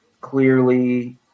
clearly